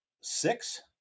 six